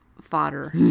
fodder